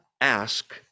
ask